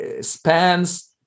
spans